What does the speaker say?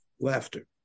laughter